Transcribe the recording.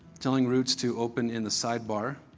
telling roots to open in the sidebar.